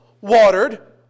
watered